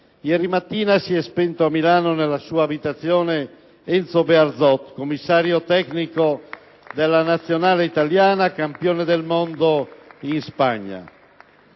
Ieri mattina, si è spento a Milano, nella sua abitazione, Enzo Bearzot, commissario tecnico della nazionale italiana campione del mondo in Spagna